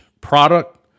product